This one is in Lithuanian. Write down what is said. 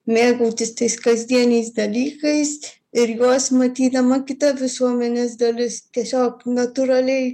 mėgautis tais kasdieniais dalykais ir juos matydama kita visuomenės dalis tiesiog natūraliai